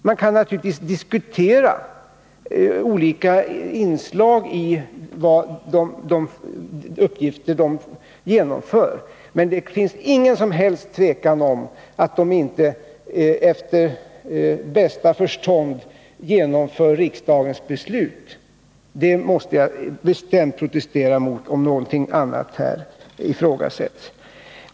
Man kan naturligtvis diskutera olika inslag i varvsledningens handlande, men det finns ingen som helst tvekan om att varvsledningen efter bästa förmåga genomför riksdagens beslut. Om det ifrågasätts måste jag bestämt protestera! Vad var det som hände?